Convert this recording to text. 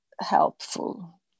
helpful